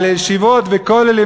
אבל ישיבות וכל אלה,